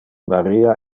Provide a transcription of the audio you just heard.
maria